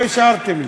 לא השארתם לי.